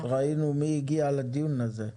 לגבי יוקנעם,